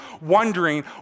wondering